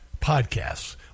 podcasts